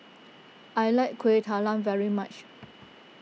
I like Kueh Talam very much